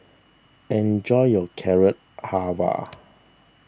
enjoy your Carrot Halwa